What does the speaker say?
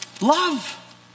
love